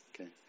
Okay